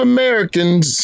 Americans